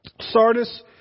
Sardis